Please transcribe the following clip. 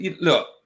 Look